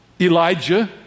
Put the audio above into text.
Elijah